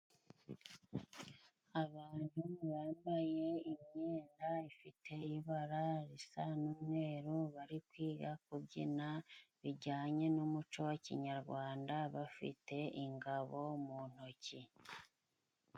Abantu bambaye imyenda ifite ibara risa n'umweru, bari kwiga kubyina bijyanye n'umuco wa kinyarwanda. Bafite ingabo mu ntoki.